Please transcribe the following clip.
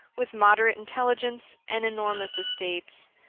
with moderate intelligence and enormous estates.